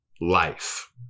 life